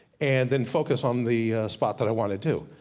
and then focus on the spot that i want to do.